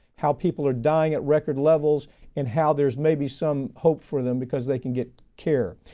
how people are dying at record levels and how there's maybe some hope for them because they can get care.